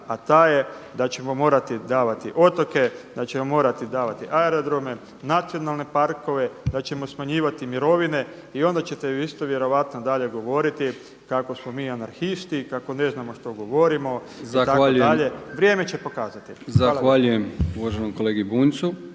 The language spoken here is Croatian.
a taj je da ćemo morati davati otoke, da ćemo morati davati aerodrome, nacionalne parkove, da ćemo smanjivati mirovine i onda ćete vi isto vjerojatno dalje govoriti kako smo mi anarhisti kako ne znamo što govorimo itd. vrijeme će pokazati. Hvala lijepo. **Brkić,